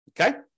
Okay